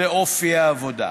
לאופי העבודה.